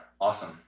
Awesome